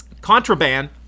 Contraband